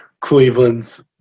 Cleveland's